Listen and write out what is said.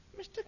Mr